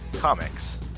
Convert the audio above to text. Comics